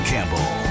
Campbell